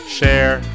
share